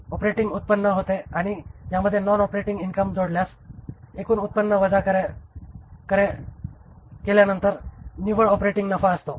operating उत्पन्न होते आणि यामध्ये नॉन ऑपरेटिंग इन्कम जोडल्यास एकूण उत्पन्न वजा करायचा कर नंतर निव्वळ ऑपरेटिंग नफा असतो